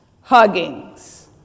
huggings